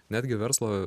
netgi verslo